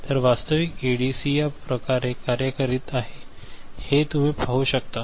तर वास्तविक एडीसी या प्रकारे कार्य करीत आहे हे तुम्ही पाहू शकता